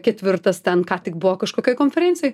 ketvirtas ten ką tik buvo kažkokioj konferencijoj